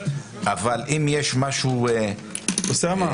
אבל אם יש משהו מאכזב --- אוסאמה,